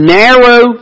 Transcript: narrow